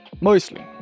Mostly